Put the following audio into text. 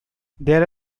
there